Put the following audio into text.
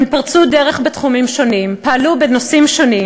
הן פרצו דרך בתחומים שונים, פעלו בנושאים שונים.